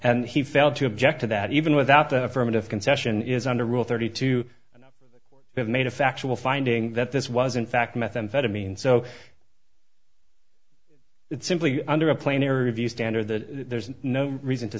and he failed to object to that even without the affirmative concession is under rule thirty two and have made a factual finding that this was in fact methamphetamine so it simply under a plain area view standard that there's no reason to